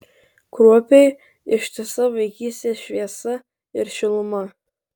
kruopiai ištisa vaikystės šviesa ir šiluma